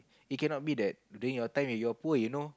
he cannot be that during your time you were poor you know